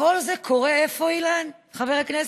וכל זה קורה, איפה, אילן, חבר הכנסת?